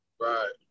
right